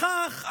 כך,